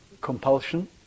Compulsion